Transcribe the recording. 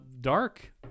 dark